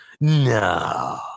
No